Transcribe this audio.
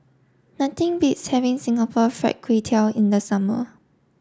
nothing beats having Singapore Fried Kway Tiao in the summer